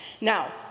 Now